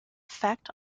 effect